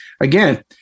again